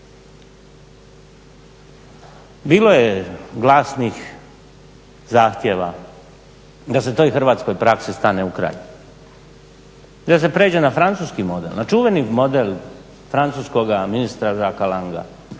Bilo je glasnih zahtjeva, da se toj Hrvatskoj praksi stane u kraj, da se prijeđe na francuski model, na čuveni model francuskoga ministra Aka Langa